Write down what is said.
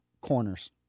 corners